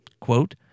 Quote